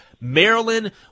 Maryland